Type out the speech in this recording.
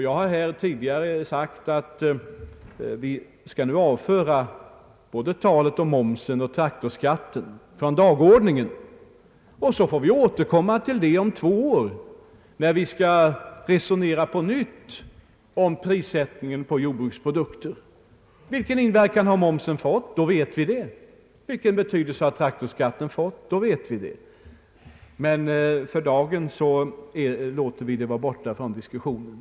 Jag har här tidigare sagt att vi bör avföra talet om både momsen och traktorskatten från dagordningen och återkomma till det om två år när vi på nytt skall resonera om prissättningen på jordbrukets produkter. Då vet vi vilken inverkan momsen och traktorskatten har fått. Men för dagen bör vi låta dem vara borta ur diskussionen.